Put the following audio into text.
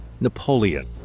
Napoleon